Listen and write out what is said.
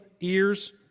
ears